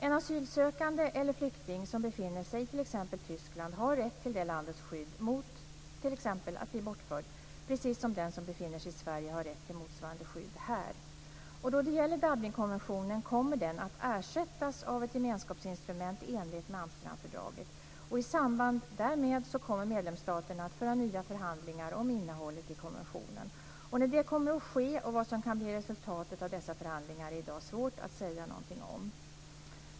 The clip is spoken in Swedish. En asylsökande eller flykting som befinner sig i t.ex. Tyskland har rätt till det landets skydd mot t.ex. att bli bortförd, precis som den som befinner sig i Sverige har rätt till motsvarande skydd här. Dublinkonventionen kommer att ersättas av ett gemenskapsinstrument i enlighet med Amsterdamfördraget. I samband därmed kommer medlemsstaterna att föra nya förhandlingar om innehållet i konventionen. När detta kommer att ske och vad som kan bli resultatet av dessa förhandlingar är i dag svårt att säga någonting om.